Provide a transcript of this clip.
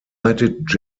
united